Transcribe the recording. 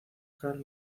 karl